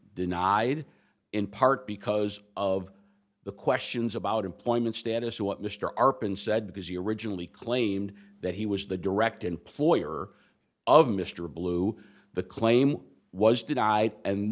denied in part because of the questions about employment status or what mr arpan said because he originally claimed that he was the direct employer of mr blue the claim was denied and